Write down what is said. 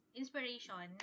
inspiration